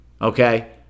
okay